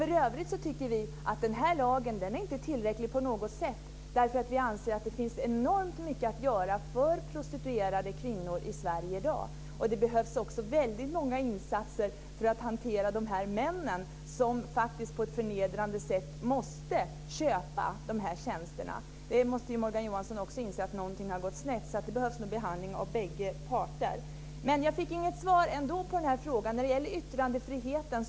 För övrigt tycker vi att lagen inte är tillräcklig på något sätt. Vi anser att det finns enormt mycket att göra för prostituerade kvinnor i Sverige i dag. Det behövs också väldigt många insatser för att hantera männen som på ett förnedrande sätt måste köpa tjänsterna. Också Morgan Johansson måste inse att någonting har gått snett. Det behövs nog behandling av bägge parter. Jag fick inget svar på min fråga om yttrandefriheten.